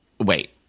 wait